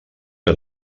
que